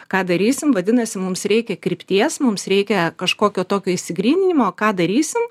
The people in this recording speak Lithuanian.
ką darysim vadinasi mums reikia krypties mums reikia kažkokio tokio išsigryninimo ką darysim